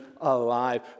alive